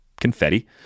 confetti